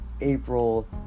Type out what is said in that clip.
April